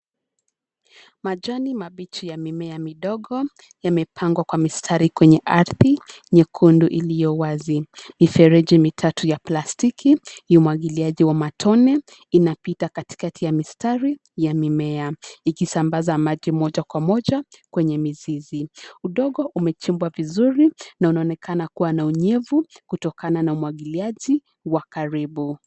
Majani mabichi ya mimea midogo yamepangwa kwa mistari kwenye ardhi nyekundu iliyo wazi. Mifereji mitatu ya plastiki ya umwagiliaji wa matone, inapita katikati ya mistari ya mimea ikisambaza maji moja kwa moja kwenye mizizi. Udongo umechimbwa vizuri na unaonekana kuwa na unyevu kutokana na umwagiliaji wa karibu.